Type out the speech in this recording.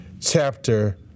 chapter